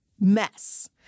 mess